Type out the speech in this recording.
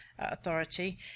authority